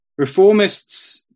Reformists